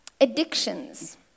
Addictions